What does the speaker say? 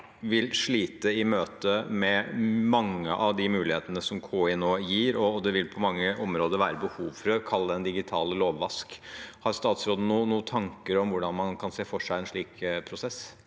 vil slite i møte med mange av de mulighetene som KI nå gir, og det vil på mange områder være behov for det vi kan kalle en digital lovvask. Har statsråden noen tanker om hvordan man kan se for seg en slik prosess?